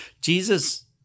Jesus